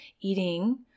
eating